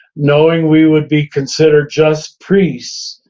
knowing we would be considered just priests,